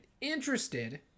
Interested